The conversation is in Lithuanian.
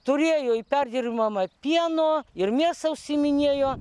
turėjo ir perdirbimą pieno ir mėsa užsiiminėjo